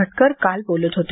भटकर काल बोलत होते